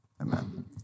Amen